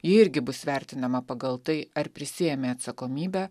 ji irgi bus vertinama pagal tai ar prisiėmė atsakomybę